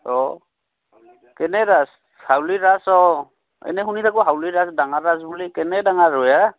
অ' কেনে ৰাস হাউলীৰ ৰাছ অঁ এনেই শুনি থাকোঁ হাউলীৰ ৰাস ডাঙৰ ৰাস বুলি কেনে ডাঙৰ হয় হে